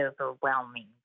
overwhelming